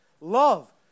Love